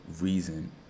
reason